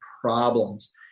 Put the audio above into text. problems